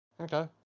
Okay